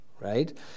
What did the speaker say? Right